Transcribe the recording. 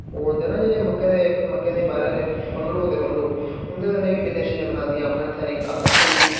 ओह् होंदे न जेह्ड़े मक्कें दे मक्कें दे बाह्रे आह्ले फंगड़ू होंदे फंगड़ू उं'दे कन्नै बी बिन्ने शिन्ने बनांदियां अपने हत्थें नै हत्थें दी